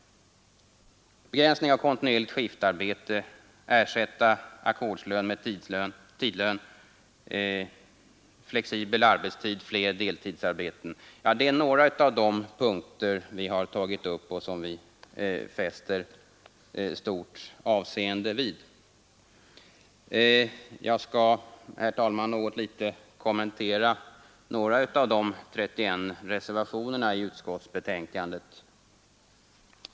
En begränsning av kontinuerligt skiftarbete, ersättning av ackordslön med tidlön, flexibel arbetstid och fler deltidsarbeten. Detta är några av de punkter vi tagit upp och som vi fäster stort avseende vid. Jag skall, herr talman, något litet kommentera några av de 31 reservationerna i utskottsbetänkandet.